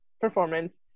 performance